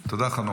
תודה, חנוך.